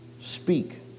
speak